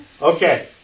Okay